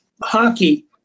hockey